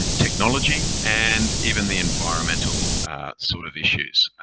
and technology and even the environmental sort of issues.